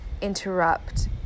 interrupt